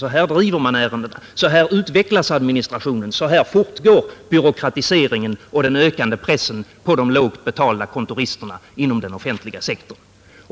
Så här driver man ärendena, så här utvecklas administrationen, så här fortgår byråkratiseringen och den ökande pressen på de lågt betalda kontoristerna inom den offentliga sektorn.